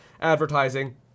advertising